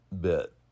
bit